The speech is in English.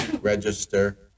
register